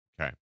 Okay